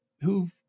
who've